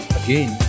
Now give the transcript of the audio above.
again